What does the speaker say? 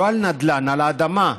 לא על נדל"ן אלא על אדמה,